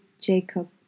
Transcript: Jacob